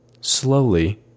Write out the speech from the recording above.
slowly